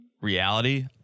reality